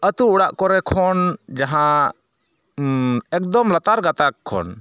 ᱟᱹᱛᱩ ᱚᱲᱟᱜ ᱠᱚᱨᱮ ᱠᱷᱚᱱ ᱡᱟᱦᱟ ᱮᱠᱫᱚᱢ ᱞᱟᱛᱟᱨ ᱜᱟᱛᱟᱠ ᱠᱷᱚᱱ